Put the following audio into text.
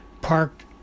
parked